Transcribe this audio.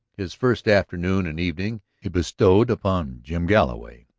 his first afternoon and evening he bestowed upon jim galloway.